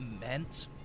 meant